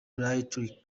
brightly